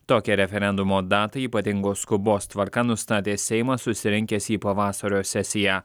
tokią referendumo datą ypatingos skubos tvarka nustatė seimas susirinkęs į pavasario sesiją